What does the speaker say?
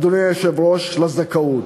אדוני היושב-ראש, לזכאות: